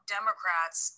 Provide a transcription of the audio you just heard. Democrats